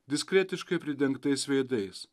diskretiškai pridengtais veidais